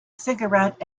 cigarette